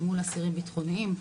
מול אסירים ביטחוניים.